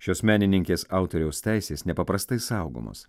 šios menininkės autoriaus teisės nepaprastai saugomos